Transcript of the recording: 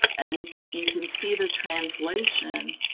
and you can see the translation.